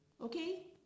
Okay